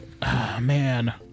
Man